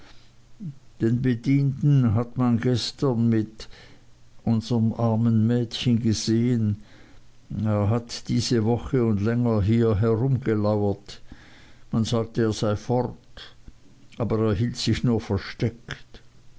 den bedienten hat man gestern mit unserm armen mädchen gesehen er hat diese woche und länger hier herumgelauert man sagte er sei fort aber er hielt sich nur versteckt